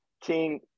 King